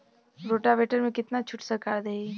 Rotavator में कितना छूट सरकार देही?